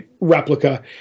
replica